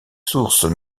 sources